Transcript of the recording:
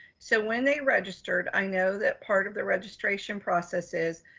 so when they registered, i know that part of the registration processes,